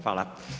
Hvala.